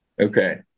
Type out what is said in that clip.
Okay